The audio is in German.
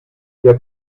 der